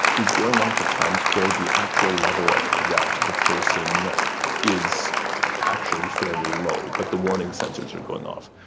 is going off at times where the actual level of threat to the person is actually fairly low, but the warning sensors are going off.